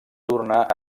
tornar